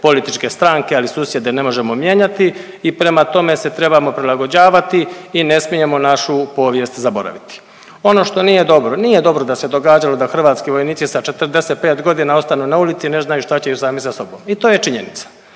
političke stranke, ali susjede ne možemo mijenjati i prema tome se trebamo prilagođavati i ne smijemo našu povijest zaboraviti. Ono što nije dobro, nije dobro da se događaju da hrvatski vojnici sa 45 godina ostanu na ulici i ne znaju šta ćeju sami sa sobom i to je činjenica.